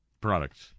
products